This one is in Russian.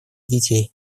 детей